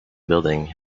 building